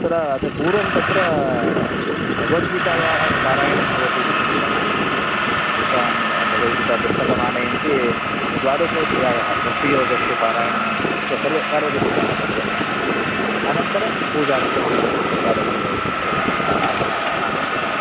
तत्र तु पूर्वं तत्र भगवद्गीतायाः पारायणं भवति इति चिन्तितमासीत् तेषां भगवद्गीता पुस्तकम् आनयन्ति द्वादशोध्यायः भक्तियोगस्य पारायणं कृत्वा सर्वे सार्वजनिकाः सर्वे अनन्तरं पूजादिकं भवति प्रसादविनियोगः एवम् आम् आम् आमाचार्या